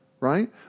right